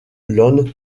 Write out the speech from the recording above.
land